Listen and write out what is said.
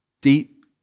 deep